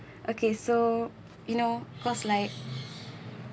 okay so you know cause like